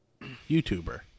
YouTuber